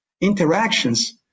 interactions